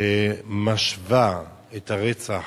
שמשווה את הרצח